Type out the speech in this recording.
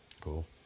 Cool